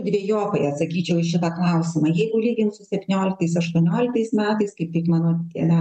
dvejopai atsakyčiau į šitą klausimą jeigu lygint su septynioliktais aštuonioliktais metais kai tik mano yra